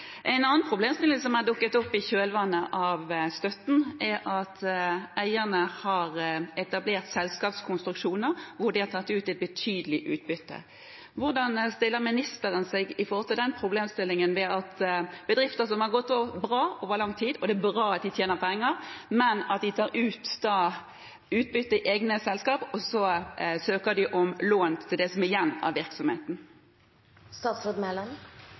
En annen problemstilling som har dukket opp i kjølvannet av støtten, er at eierne har etablert selskapskonstruksjoner hvor de har tatt ut betydelig utbytte. Hvordan stiller ministeren seg til den problemstillingen, ved at bedrifter som har gått bra over lang tid – og det er bra at de tjener penger – tar ut utbytte i egne selskap, og så søker om lån til det som er igjen av